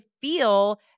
feel